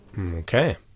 Okay